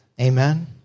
Amen